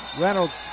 Reynolds